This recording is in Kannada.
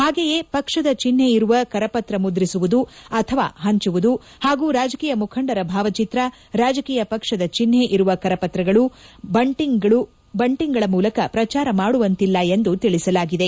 ಹಾಗೆಯೇ ಪಕ್ಷದ ಚಿಹ್ನೆ ಇರುವ ಕರಪತ್ರ ಮುದ್ರಿಸುವುದು ಅಥವಾ ಪಂಚುವುದು ಹಾಗೂ ರಾಜಕೀಯ ಮುಖಂಡರ ಭಾವಚಿತ್ರ ರಾಜಕೀಯ ಪಕ್ಷದ ಚಿಹ್ನೆ ಇರುವ ಕರಪತ್ರಗಳು ಬಂಟಿಂಗ್ಗಳ ಮೂಲಕ ಪ್ರಚಾರ ಮಾಡುವಂತಿಲ್ಲ ಎಂದು ತಿಳಿಸಲಾಗಿದೆ